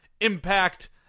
Impact